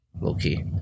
low-key